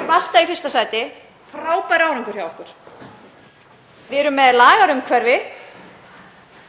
alltaf í fyrsta sæti. Frábær árangur hjá okkur. Við erum með lagaumhverfi